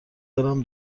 دارم